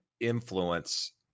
influence